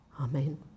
Amen